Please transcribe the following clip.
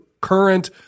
current